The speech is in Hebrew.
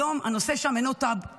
היום, הנושא שם אינו טאבו,